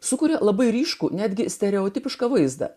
sukuria labai ryškų netgi stereotipišką vaizdą